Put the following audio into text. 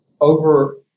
over